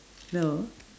no